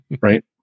Right